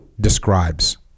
describes